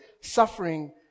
suffering